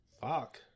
Fuck